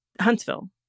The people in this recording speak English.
Huntsville